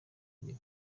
ibiri